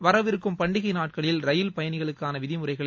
வரவிருக்கும் பண்டிகை நாட்களில் ரயில் பயணிகளுக்கான விதிமுறைகளை